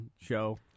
show